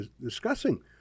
discussing